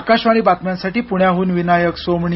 आकाशवाणी बातम्यांसाठी पुण्याह्न विनायक सोमणी